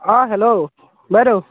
অঁ হেল্ল' বাইদেউ